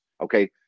Okay